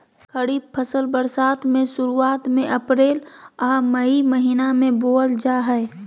खरीफ फसल बरसात के शुरुआत में अप्रैल आ मई महीना में बोअल जा हइ